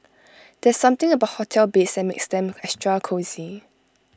there's something about hotel beds that makes them extra cosy